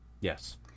Yes